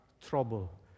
trouble